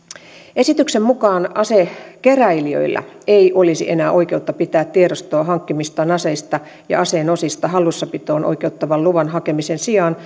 esityksen mukaan asekeräilijöillä ei olisi enää oikeutta pitää tiedostoa hankkimistaan aseista ja aseen osista hallussapitoon oikeuttavan luvan hakemisen sijaan